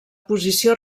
posició